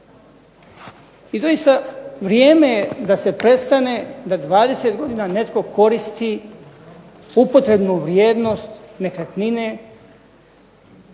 I doista vrijeme je da se prestane, da 20 godina netko koristi upotrebnu vrijednost nekretnine